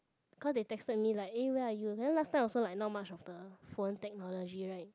cause they texted me like eh where are you then last time also like not much of the phone technology right